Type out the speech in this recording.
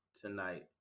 tonight